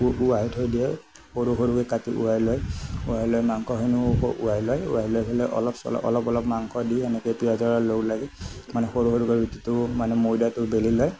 ওহাই থৈ দিয়ে সৰু সৰুকৈ কাটি ওহাই লয় ওহাই লৈ মাংসখিনিও ওহাই লয় ওহাই লৈ পেলাই অলপ চলপ অলপ অলপ মাংস দি এনেকৈ পিঁয়াজৰ লগত লগলাগি মানে সৰু সৰুকে ৰুটিটো মানে ময়দাটো বেলি লয়